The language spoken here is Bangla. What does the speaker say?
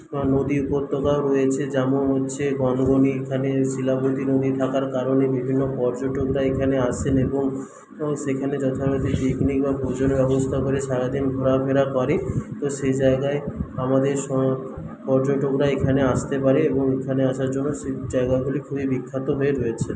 আর নদী উপত্যকাও রয়েছে যেমন হচ্ছে গনগনি এখানে শিলাবতী নদী থাকার কারণে বিভিন্ন পর্যটকরা এখানে আসেন এবং সেখানে যথারীতি পিকনিক আর ভোজের ব্যবস্থা করে সারাদিন ঘোরাফেরা করে তো সেই জায়গায় আমাদের পর্যটকরা এখানে আসতে পারে এবং এখানে আসার জন্য সেই জায়গাগুলি খুবই বিখ্যাত হয়ে রয়েছে